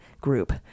group